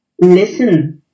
listen